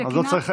שכינה,